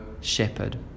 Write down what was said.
shepherd